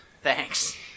Thanks